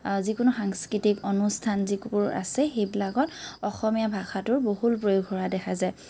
যিকোনো সাংস্কৃতিক অনুষ্ঠান যিবোৰ আছে সেইবিলাকত অসমীয়া ভাষাটোৰ বহুল প্ৰয়োগ হোৱা দেখা যায়